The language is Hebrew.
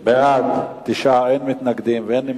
בעד, 9, אין מתנגדים ואין נמנעים.